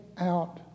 out